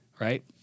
right